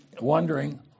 wondering